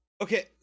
Okay